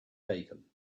bacon